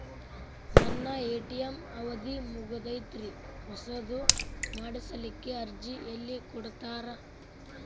ನನ್ನ ಎ.ಟಿ.ಎಂ ಅವಧಿ ಮುಗದೈತ್ರಿ ಹೊಸದು ಮಾಡಸಲಿಕ್ಕೆ ಅರ್ಜಿ ಎಲ್ಲ ಕೊಡತಾರ?